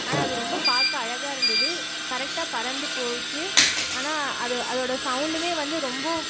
ஆனால் அது ரொம்ப பார்க்க அழகாக இருந்தது கரெக்டாக பறந்து போச்சு ஆனால் அது அதோட சவுண்டும் ரொம்ப